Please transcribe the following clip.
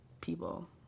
people